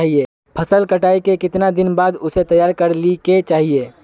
फसल कटाई के कीतना दिन बाद उसे तैयार कर ली के चाहिए?